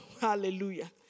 hallelujah